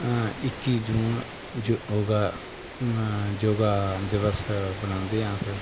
इक्की जून गी योग योग दिवस बनांदे आं अस